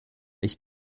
ich